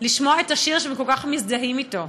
לשמוע את השיר שהם כל כך מזדהים אתו.